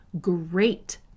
great